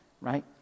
right